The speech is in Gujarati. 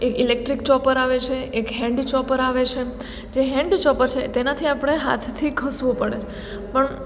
એક ઇલેક્ટ્રિક ચોપર આવે છે એક હેન્ડ ચોપર આવે છે જે હેન્ડ ચોપર છે તેનાથી આપણે હાથથી ઘસવું પડે પણ